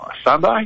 Sunday